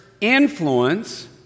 influence